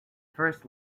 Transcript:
first